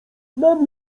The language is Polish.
znam